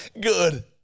Good